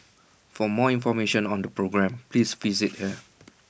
for more information on the programme please visit here